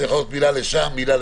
אולי מילה לפה, מילה לשם.